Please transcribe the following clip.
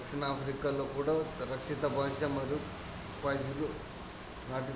దక్షిణాఫ్రికాలో కూడా రక్షిత భాష మరియు భాషని నాటి